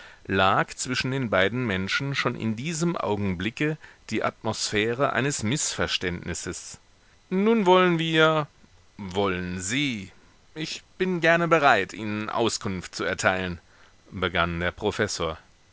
lag zwischen den beiden menschen schon in diesem augenblicke die atmosphäre eines mißverständnisses nun wollen wir wollen sie ich bin gerne bereit ihnen auskunft zu erteilen begann der professor